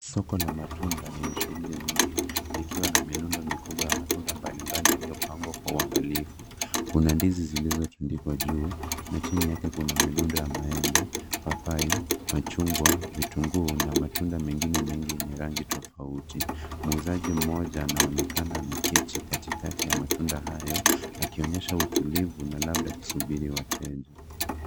Soko la matunda lenye shughuli nyingi. Likiwa na milundo mikubwa ya matunda mbalimbali yaliyopangwa kwa uangalifu. Kuna ndizi zilizotundikwa juu, na chini yake kuna milundo ya maembe, papai, machungwa, vitunguu, na matunda mengine mengi yenye rangi tofauti. Muuzaji mmoja anaonekana ameketi katikati ya matunda hayo, akionyesha utulivu na labda akisubiri wateja.